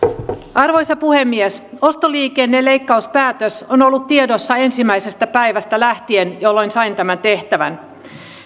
arvoisa puhemies ostoliikenneleikkauspäätös on ollut tiedossa ensimmäisestä päivästä lähtien kun sain tämän tehtävän